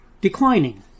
declining